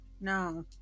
No